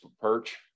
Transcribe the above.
perch